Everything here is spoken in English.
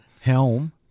Helm